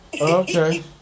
Okay